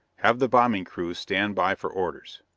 have the bombing crews stand by for orders.